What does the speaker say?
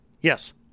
Yes